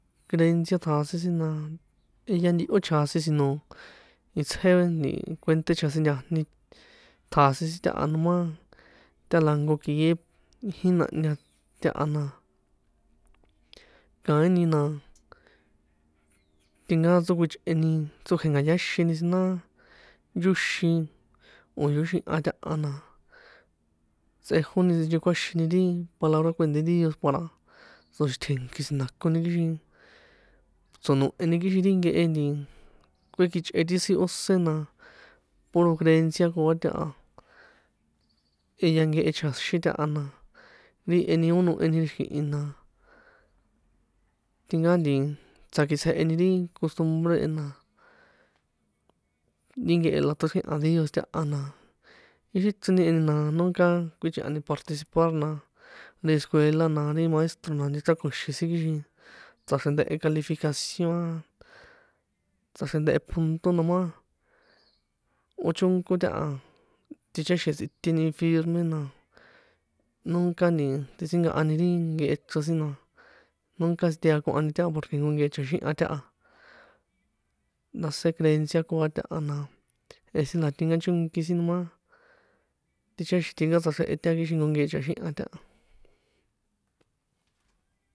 Creencia ṭjasin sin na jehya ntihó chasin si no itsjé nti kuènṭé chjasintajni ṭjasin sin taha no ma ta la nko kie jínahña taha na, kaíni na tínka chrókjuichꞌeni chrókjuenka̱yáxini si na yóxin o̱ yóxihan taha na, tsꞌejoni sinchekuaxini ri palabra kuènṭé díos para tsoxitjenki̱ sinda̱koni kixin, tso̱noheni kixin ri nkehe nti kuekichꞌe ti sin óse na puro creencia koa taha, jehya nkehe chaxin taha, na ti e ni ó noheni xiki̱hi na, tinka nti tsakitsjeheni ri costumbre e na, ri nkehe la toxriehña díos taha na, ixi chroni e ni na nunca, kjuíchꞌehani participar na, ri escuela la ri maestro na. nchechrakoxi̱n sin kixin tsꞌaxrjendehe calificación a, tsꞌaxrendehe punto no ma, ó chónkó taha, ticháxi̱n tsꞌiteni firme na, nunca nti tsꞌitsinkahani ri nkehe chro sin na, nunca tsiteakohñani taha porque nko nkehe chaxiha taha, ndáse creencia koa taha na jehe sin na tinkachónki sin, no ma ticháxi̱n tinka tsꞌaxrehe taha kixin nko nkehe chaxihan taha.